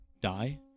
Die